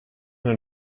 been